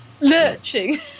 Lurching